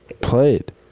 Played